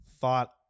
thought